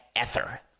ether